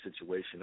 situation